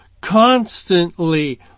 constantly